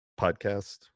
Podcast